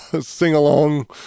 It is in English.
sing-along